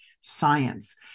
science